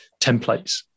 templates